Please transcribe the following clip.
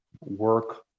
work